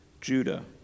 Judah